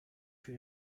für